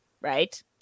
right